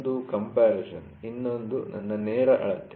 ಒಂದು ಕಂಪರಿಸನ್ ಇನ್ನೊಂದು ನನ್ನ ನೇರ ಅಳತೆ